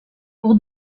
pour